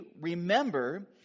remember